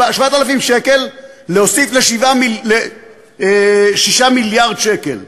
7,000 שקל להוסיף ל-6 מיליארד שקל.